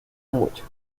mucho